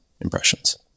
impressions